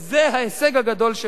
זה ההישג הגדול שלו.